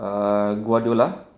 guardiola